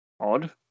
odd